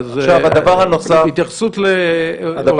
עכשיו, התייחסות לעורך הדין זנדברג.